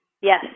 Yes